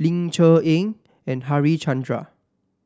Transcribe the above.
Ling Cher Eng and Harichandra